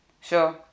sure